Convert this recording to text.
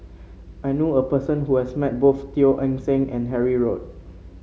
I knew a person who has met both Teo Eng Seng and Harry Ord